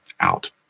out